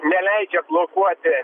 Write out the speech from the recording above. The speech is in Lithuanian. neleidžia blokuoti